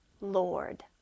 Lord